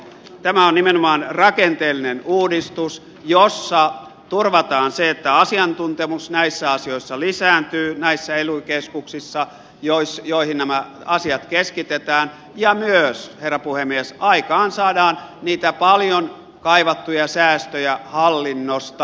tämä on nimenomaan rakenteellinen uudistus jossa turvataan se että asiantuntemus näissä asioissa lisääntyy näissä ely keskuksissa joihin nämä asiat keskitetään ja myös herra puhemies aikaansaadaan niitä paljon kaivattuja säästöjä hallinnosta